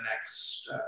next